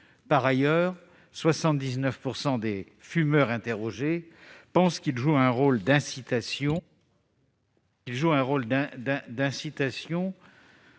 Par ailleurs, 79 % des fumeurs interrogés pensent qu'ils jouent un rôle d'incitation